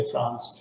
France